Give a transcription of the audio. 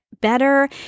better